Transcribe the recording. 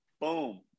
boom